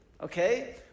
okay